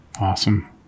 awesome